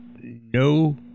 no